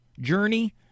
journey